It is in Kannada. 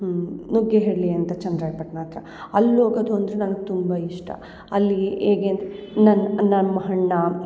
ನುಗ್ಗೆಹಳ್ಳಿ ಅಂತ ಚನ್ನರಾಯ್ಪಟ್ಣ ಹತ್ರ ಅಲ್ಲಿ ಹೋಗೋದು ಅಂದ್ರೆ ನಂಗೆ ತುಂಬ ಇಷ್ಟ ಅಲ್ಲಿ ಹೇಗೆ ಅಂದ್ರೆ ನನ್ನ ನಮ್ಮ ಅಣ್ಣ